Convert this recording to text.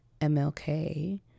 MLK